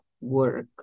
work